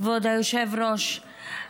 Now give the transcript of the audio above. כבוד היושב-ראש,